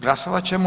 Glasovat ćemo.